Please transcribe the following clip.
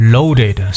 Loaded